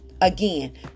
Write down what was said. Again